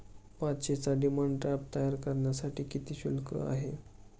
पाचशेचा demand draft तयार करण्यासाठी किती शुल्क आहे?